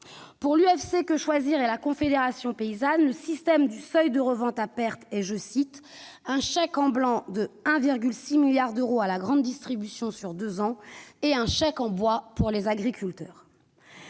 Pour l'UFC-Que Choisir et la Confédération paysanne, le système du seuil de revente à perte est un « chèque en blanc de 1,6 milliard d'euros à la grande distribution » sur deux ans et un « chèque en bois pour les agriculteurs ».